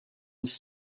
was